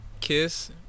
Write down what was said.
Kiss